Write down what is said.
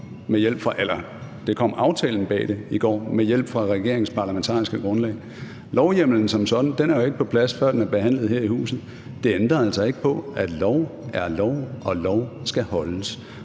bag den i går med hjælp fra regeringens parlamentariske grundlag. Lovhjemmelen som sådan er jo ikke på plads, før den er behandlet her i huset. Det ændrer altså ikke på, at lov er lov, og at lov skal holdes.